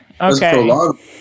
Okay